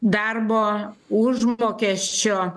darbo užmokesčio